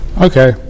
Okay